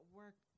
work